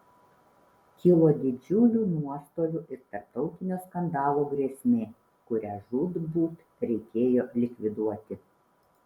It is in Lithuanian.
kilo didžiulių nuostolių ir tarptautinio skandalo grėsmė kurią žūtbūt reikėjo likviduoti